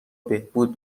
بهبود